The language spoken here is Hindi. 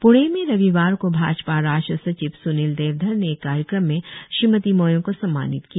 पूणे में रविवार को भाजपा राष्ट्रीय सचिव स्नील देवधर ने एक कार्यक्रम में श्रीमती मोयोंग को सम्मानित किया